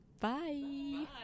bye